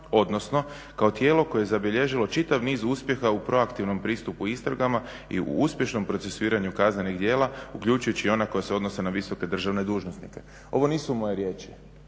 odnosno kao tijelo koje je zabilježilo čitav niz uspjeha u proaktivnom pristupu istragama i u uspješnom procesuiranju kaznenih djela uključujući i ona koja se odnose na visoke državne dužnosnike. Ovo nisu moje riječi,